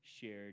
shared